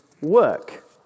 work